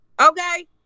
Okay